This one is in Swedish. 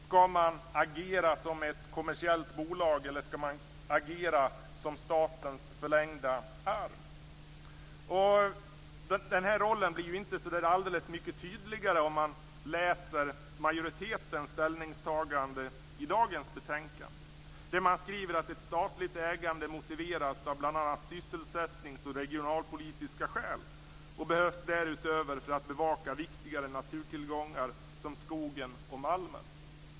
Skall de agera som ett kommersiellt bolag eller skall de agera som statens förlängda arm? Rollen blir inte så där alldeles mycket tydligare om man läser majoritetens ställningstagande i dagens betänkande. Där skriver man att ett statligt ägande är motiverat av bl.a. sysselsättnings och regionalpolitiska skäl och att det därutöver behövs för att bevaka viktigare naturtillgångar som skogen och malmen.